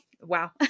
Wow